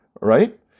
right